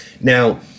now